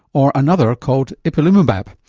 or another called ipilimubab.